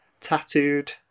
tattooed